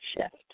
shift